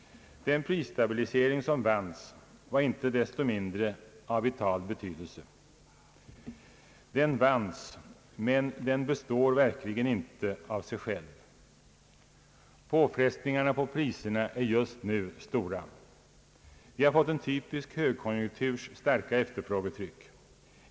Den prisstabilisering som vanns var inte desto mindre av vital betydelse. Den vanns men den består verkligen inte av sig själv. Påfrestningarna på priserna är just nu stora. Vi har fått en typisk högkonjunkturs starka efterfrågetryck.